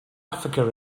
africa